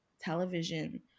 television